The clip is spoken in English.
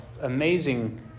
amazing